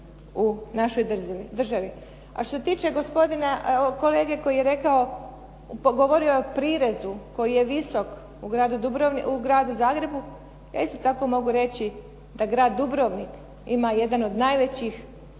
u našoj državi. A što se tiče gospodina kolege koji je govorio o prirezu koji je visok u Gradu Zagrebu, ja isto tako mogu reći da Grad Dubrovnik ima jedan od najvećih